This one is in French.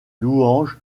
louanges